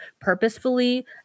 purposefully